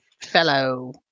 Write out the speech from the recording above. fellow